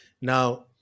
Now